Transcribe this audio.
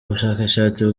bushakashatsi